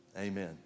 Amen